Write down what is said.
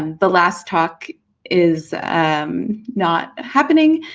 and the last talk is not happening,